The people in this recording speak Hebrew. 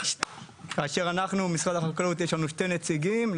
כאשר אנחנו, משרד החקלאות, יש לנו שני נציגים.